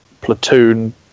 Platoon